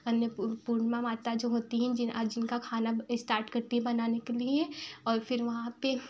अन्नपूर्ण पूर्णा माता जो होती हैं जिन जिनका खाना स्टार्ट करती है बनाने के लिए और फिर वहाँ पर